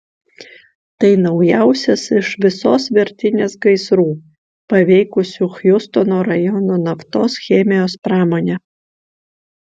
tai naujausias iš visos virtinės gaisrų paveikusių hjustono rajono naftos chemijos pramonę